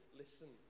listen